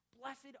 blessed